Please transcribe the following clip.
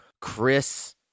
Chris